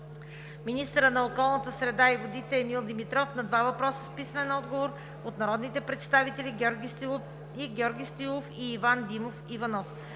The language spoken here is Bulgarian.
министърът на околната среда и водите Емил Димитров – на два въпроса с писмен отговор от народните представители Георги Стоилов; и Георги Стоилов